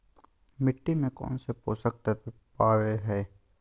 मिट्टी में कौन से पोषक तत्व पावय हैय?